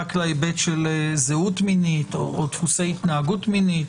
להיבט של זהות מינית או דפוסי התנהגות מינית,